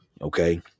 okay